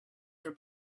were